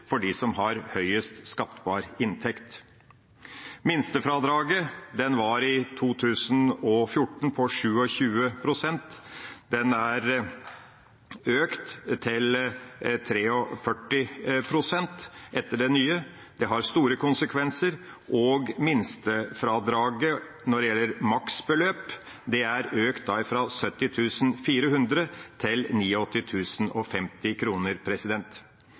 for dem som har høyest skattbar inntekt. Minstefradraget var i 2014 på 27 pst. Det er økt til 43 pst. etter de nye reglene. Det har store konsekvenser. Og minstefradraget, når det gjelder maksbeløp, er økt fra 70 400 kr til